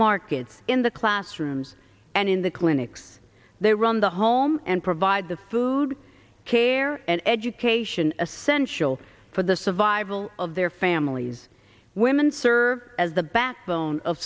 markets in the classrooms and in the clinics they run the home and provide the food care and education essential for the survival of their families women serve as the backbone of